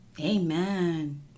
Amen